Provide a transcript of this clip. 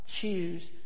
choose